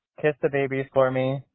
kiss the babies for me.